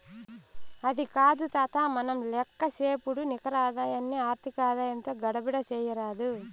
అది కాదు తాతా, మనం లేక్కసేపుడు నికర ఆదాయాన్ని ఆర్థిక ఆదాయంతో గడబిడ చేయరాదు